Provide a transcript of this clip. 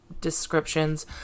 descriptions